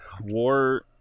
War